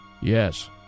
Yes